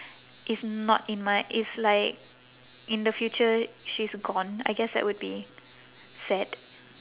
is not in my it's like in the future she's gone I guess that would be sad